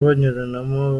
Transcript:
banyuranamo